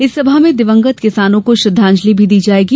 इस सभा में द्विंगत किसानों को श्रद्धांजलि भी दी जायेगी